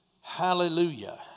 Hallelujah